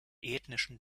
ethnischen